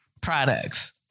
Products